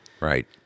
Right